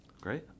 Great